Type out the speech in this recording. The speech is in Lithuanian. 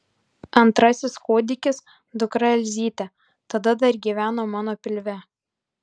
antrasis kūdikis dukra elzytė tada dar gyveno mano pilve